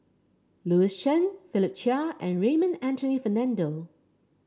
Louis Chen Philip Chia and Raymond Anthony Fernando